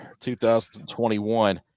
2021